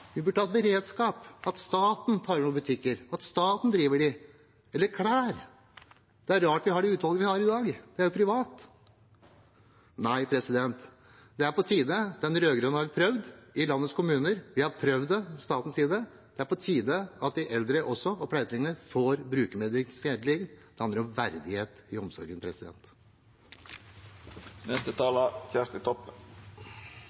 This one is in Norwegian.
Vi burde hatt beredskap, at staten tar over butikker, at staten driver dem. Eller klær: Det er rart vi har det utvalget vi har i dag, det er jo privat. Det er på tide. De rød-grønne har prøvd i landets kommuner, de har prøvd det på statens side. Det er på tide at også eldre og pleietrengende får brukermedvirkning. Det handler om verdighet i omsorgen.